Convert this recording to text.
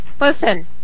listen